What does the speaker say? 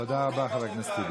תודה רבה, חבר הכנסת טיבי.